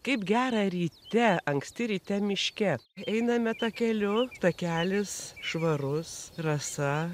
kaip gera ryte anksti ryte miške einame takeliu takelis švarus rasa